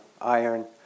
iron